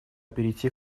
перейти